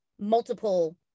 multiple